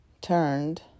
turned